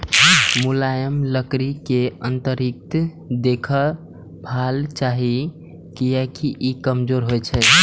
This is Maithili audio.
मुलायम लकड़ी कें अतिरिक्त देखभाल चाही, कियैकि ई कमजोर होइ छै